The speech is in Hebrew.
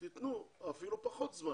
תיתנו אפילו פחות זמן,